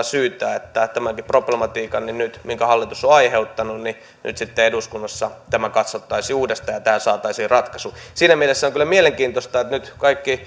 syytä että tämäkin problematiikka minkä hallitus on aiheuttanut nyt sitten eduskunnassa katsottaisiin uudestaan ja tähän saataisiin ratkaisu siinä mielessä on kyllä mielenkiintoista että nyt kaikki